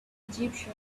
egyptian